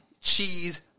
cheese